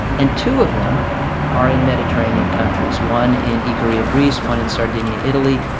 and two of them are in mediterranean countries one in ikaria, greece one in sardinia, italy.